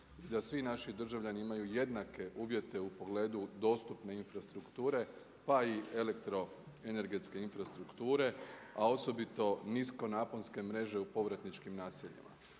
da svi naši državljani imaju jednake uvjete u pogledu dostupne infrastrukture pa i elektroenergetske infrastrukture a osobito nisko naponske mreže u povratničkim naseljima.